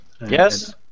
Yes